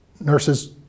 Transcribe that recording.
Nurses